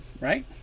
right